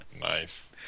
Nice